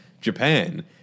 Japan